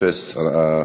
אין,